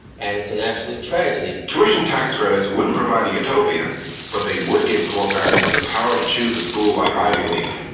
and it's an absolute tragedy williams tuition tax credits wouldn't provide a utopia but they would give poor parents the power to choose a school like ivy leaf,